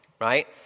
right